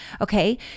okay